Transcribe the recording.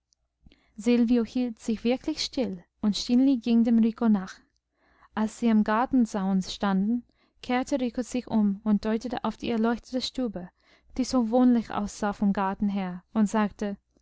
hielt sich wirklich still und stineli ging dem rico nach als sie am gartenzaun standen kehrte rico sich um und deutete auf die erleuchtete stube die so wohnlich aussah vom garten her und sagte